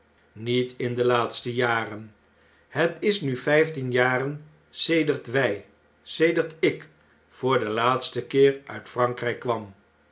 niet in de laatste jaren het is nu vjftien jaren sedert wjj sedert ik voor den laatsten keer uit frankrijk kwam